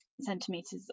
centimeters